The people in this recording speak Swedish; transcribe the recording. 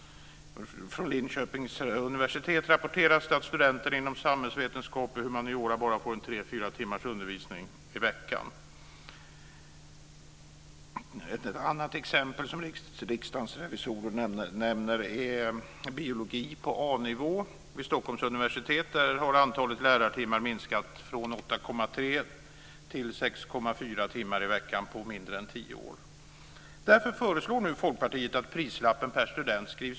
Från Linköpings universitet rapporteras det att studenterna inom samhällsvetenskap och humaniora bara får tre-fyra timmars undervisning i veckan. Ett annat exempel som Riksdagens revisorer nämner är biologi på A-nivå vid Stockholms universitet. Där har antalet lärartimmar minskat från 8,3 till 6,4 timmar i veckan på mindre än tio år. Därför föreslår nu Folkpartiet att priset per student ökar.